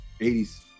80s